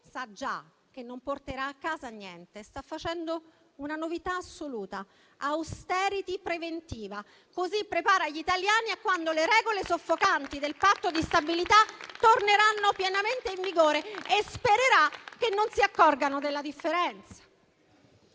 sa già che non porterà a casa niente, sta facendo una novità assoluta: *austerity* preventiva, così prepara gli italiani a quando le regole soffocanti del Patto di stabilità torneranno pienamente in vigore, sperando che non si accorgano della differenza.